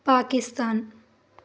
Pakistan